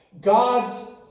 God's